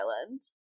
Island